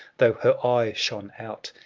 though her eye shone out,